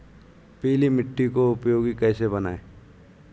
पीली मिट्टी को उपयोगी कैसे बनाएँ?